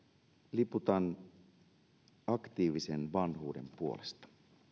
liputan aktiivisen vanhuuden puolesta